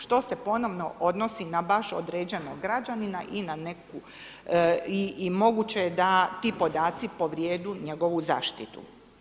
Što se ponovno odnosi na baš određenog građanina i na neku i moguće je da ti podaci povrijede njegovu zaštitu.